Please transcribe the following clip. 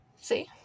See